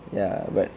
ya but